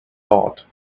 thought